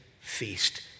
feast